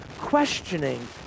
questioning